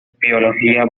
biología